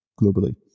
globally